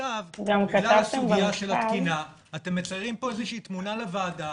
ועכשיו בגלל הסוגיה של התקינה אתם מציירים פה תמונה לוועדה